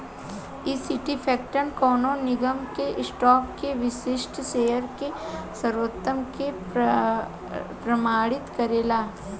इ सर्टिफिकेट कवनो निगम के स्टॉक के विशिष्ट शेयर के स्वामित्व के प्रमाणित करेला